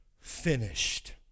finished